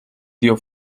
dio